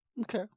Okay